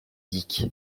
dick